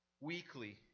weekly